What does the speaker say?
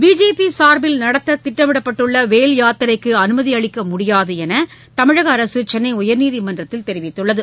BJP சார்பில் நடத்த திட்டமிட்டுள்ள வேல் யாத்திரைக்கு அனுமதி அளிக்க முடியாது என தமிழக அரசு சென்னை உயர்நீதிமன்றத்தில் தெரிவித்துள்ளது